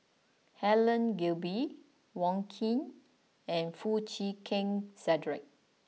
Helen Gilbey Wong Keen and Foo Chee Keng Cedric